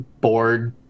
bored